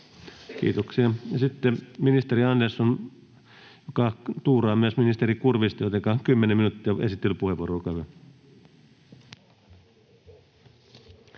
Kiitoksia. — Ja sitten ministeri Andersson, joka tuuraa myös ministeri Kurvista, jotenka 10 minuuttia on esittelypuheenvuoro,